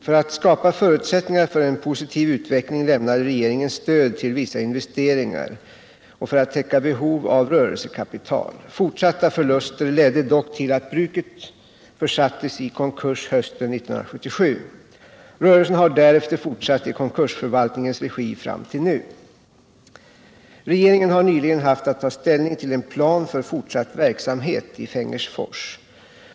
För att skapa förutsättningar för en positiv utveckling lämnade regeringen stöd till vissa investeringar och för att täcka behov av rörelsekapital. Fortsatta förluster ledde dock till att bruket försattes i konkurs hösten 1977. Rörelsen har därefter fortsatt i konkursförvaltningens regi fram till nu. Regeringen har nyligen haft att ta ställning till en plan för fortsatt verksamhet i Fengersfors.